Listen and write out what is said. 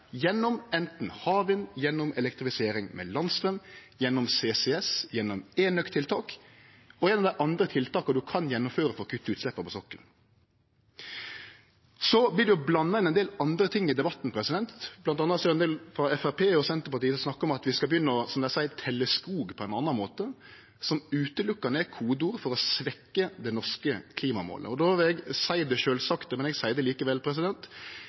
gjennom anten havvind, elektrifisering med landstraum, CCS, enøk-tiltak eller eit av dei andre tiltaka ein kan gjennomføre for å kutte utsleppa på sokkelen. Det vert blanda inn ein del andre ting i debatten. Det er bl.a. ein del frå Framstegspartiet og Senterpartiet som snakkar om at vi skal begynne å telle skog på ein annan måte, noko som berre er kodeord for å svekkje det norske klimamålet. Då vil eg seie det sjølvsagte, men eg seier det likevel: